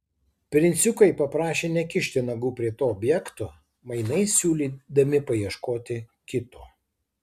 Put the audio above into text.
princiukai paprašė nekišti nagų prie to objekto mainais siūlydami paieškoti kito